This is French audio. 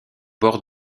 bord